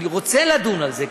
אני רוצה לדון על זה.